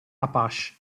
apache